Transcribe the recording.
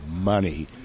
money